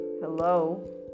Hello